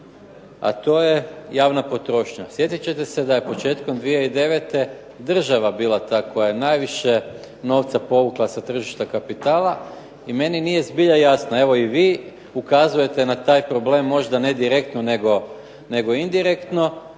a to je javna potrošnja. Sjetit ćete se da je početkom 2009. država bila ta koja je najviše novca povukla sa tržišta kapitala i meni nije zbilja jasno, evo i vi ukazujete na taj problem, možda ne direktno nego indirektno